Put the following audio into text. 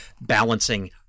balancing